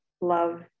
love